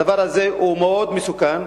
הדבר הזה מאוד מסוכן,